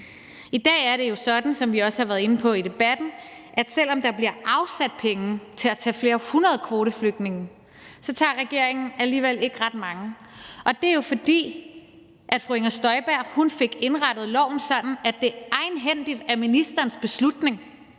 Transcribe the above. I dag er det jo sådan, som vi også har været inde på i debatten, at selv om der bliver afsat penge til at tage flere hundrede kvoteflygtninge, tager regeringen alligevel ikke ret mange, og det er jo, fordi fru Inger Støjberg fik indrettet loven sådan, at det egenhændigt er ministerens beslutning,